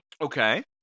Okay